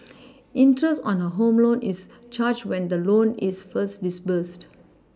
interest on a home loan is charged when the loan is first disbursed